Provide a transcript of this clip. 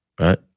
right